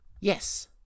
Yes